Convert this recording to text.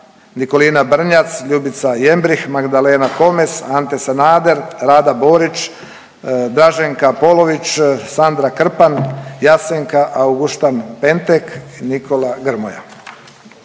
Nikolina Brnjac, Ljubica Jembrih, Magdalena Komes, Ante Sanader, Rada Borić, Draženka Polović, Sandra Krpan, Jasenka Auguštan-Pentek i Nikola Grmoja.